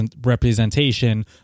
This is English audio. representation